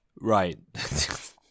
Right